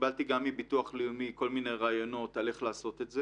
וקיבלתי גם מביטוח לאומי כל מיני רעיונות על איך לעשות את זה.